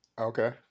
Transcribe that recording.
Okay